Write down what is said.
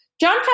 John